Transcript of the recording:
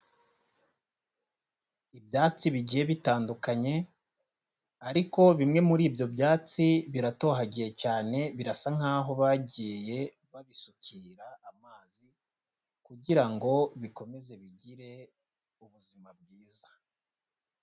Ibyatsi bigiye bitandukanye ariko bimwe muri ibyo byatsi biratohagiye cyane birasa nk'aho bagiye babisukira amazi kugira ngo bikomeze bigire ubuzima bwiza.